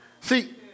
See